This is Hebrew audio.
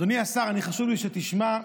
אדוני השר, חשוב לי שתשמע,